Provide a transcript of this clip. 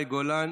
מאי גולן,